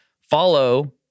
Follow